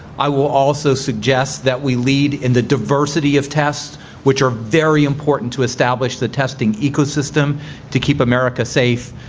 i will also suggest that we lead in the diversity of tests which are very important to establish the testing ecosystem to keep america safe.